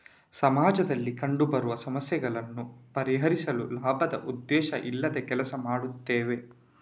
ಸಮಾಜದಲ್ಲಿ ಕಂಡು ಬರುವ ಸಮಸ್ಯೆಗಳನ್ನ ಪರಿಹರಿಸ್ಲಿಕ್ಕೆ ಲಾಭದ ಉದ್ದೇಶ ಇಲ್ದೆ ಕೆಲಸ ಮಾಡ್ತವೆ